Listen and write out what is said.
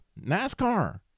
NASCAR